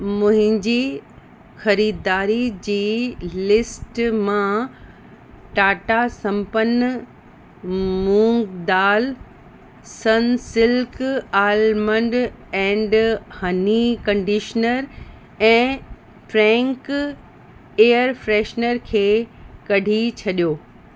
मुंहिंजी ख़रीदारी जी लिस्ट मां टाटा संपन्न मूंग दालि Sunsilk almond and honey conditioner ऐं फ्रैंक एयर फ्रेशनर खे कढी छॾियो